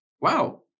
Wow